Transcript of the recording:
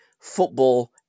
Football